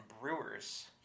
Brewers